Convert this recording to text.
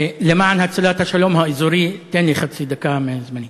למען הצלת השלום האזורי תן לי חצי דקה לזמני.